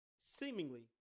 seemingly